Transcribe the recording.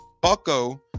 Bucko